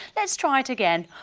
let's try it again.